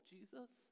Jesus